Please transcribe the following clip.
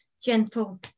gentle